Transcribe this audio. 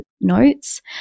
notes